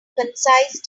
concise